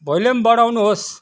volume बढाउनुहोस्